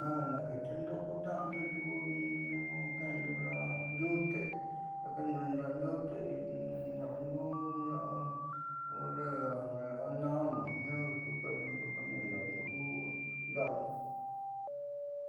Ja naakeete kunda'ado tiuku keendo la'a ndiute daakeendo la'a ndiute naanda'ado la'a horre o la'a naama jiaa xuukaadando ja naanda'ando kunda'ando.